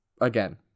again